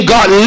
God